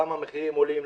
למה המחירים עולים,